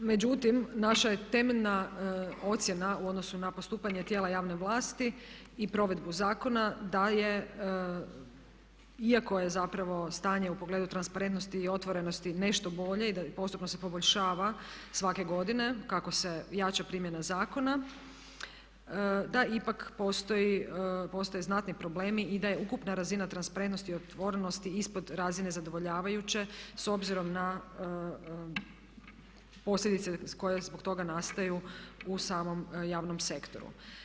Međutim, naša je temeljna ocjena u odnosu na postupanje tijela javne vlasti i provedbu zakona, da je iako je zapravo stanje u pogledu transparentnosti i otvorenosti nešto bolje i postupno se poboljšava svake godine kako se jača primjena zakona, da ipak postoji, postoje znatni problemi i da je ukupna razina transparentnosti i otvorenosti ispod razine zadovoljavajuće s obzirom na posljedice koje zbog toga nastaju u samom javnom sektoru.